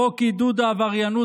חוק עידוד עבריינות,